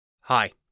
Hi